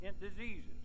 diseases